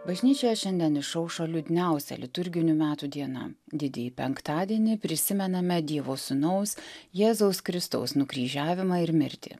bažnyčioje šiandien išaušo liūdniausia liturginių metų diena didįjį penktadienį prisimename dievo sūnaus jėzaus kristaus nukryžiavimą ir mirtį